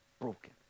Broken